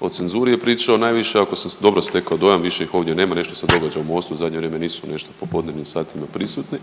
o cenzuri je pričao najviše ako sam dobro stekao dojam, više ih ovdje nema, nešto se događa u Mostu, u zadnje vrijeme nisu nešto u popodnevnim satima prisutni,